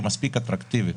מספיק אטרקטיבית?